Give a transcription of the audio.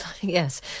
Yes